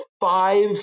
five